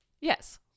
Yes